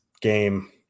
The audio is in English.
game